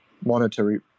monetary